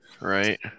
right